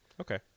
Okay